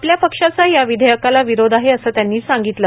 आपल्या पक्षाचा या विधेयकाला विरोध आहे असं त्यांनी सांगितलं